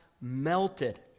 melted